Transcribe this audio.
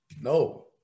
No